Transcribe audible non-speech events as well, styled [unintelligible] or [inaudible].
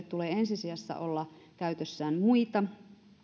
[unintelligible] tulee ensi sijassa olla käytössään muita